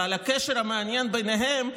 ועל הקשר המעניין ביניהן,